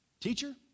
Teacher